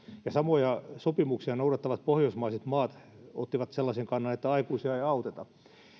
ja samoja sopimuksia noudattavat pohjoismaiset maat ottivat sellaisen kannan että aikuisia ei auteta